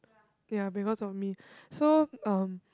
ya because of me so um